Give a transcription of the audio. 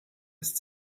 ist